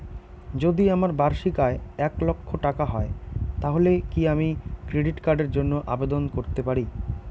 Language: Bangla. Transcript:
যদি আমার বার্ষিক আয় এক লক্ষ টাকা হয় তাহলে কি আমি ক্রেডিট কার্ডের জন্য আবেদন করতে পারি?